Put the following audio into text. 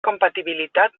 compatibilitat